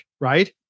right